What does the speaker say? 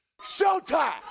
Showtime